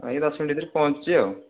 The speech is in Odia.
ଏଇ ଦଶ ମିନିଟ୍ ଭିତରେ ପହଞ୍ଚୁଛି ଆଉ